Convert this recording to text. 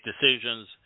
decisions